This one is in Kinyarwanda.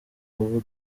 ubu